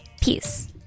Peace